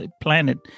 planet